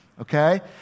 okay